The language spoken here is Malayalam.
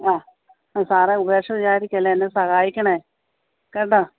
ആ സാറേ ഉപേക്ഷ വിചാരിക്കല്ലേ എന്നെ സഹായിക്കണെ കേട്ടോ